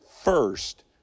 first